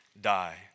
die